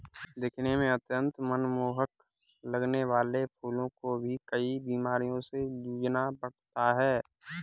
दिखने में अत्यंत मनमोहक लगने वाले फूलों को भी कई बीमारियों से जूझना पड़ता है